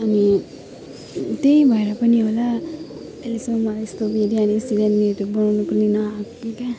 अनि त्यही भएर पनि होला त्यो सब मलाई यस्तो बिरयानी सिरयानीहरू बनाउन पनि नआउने क्या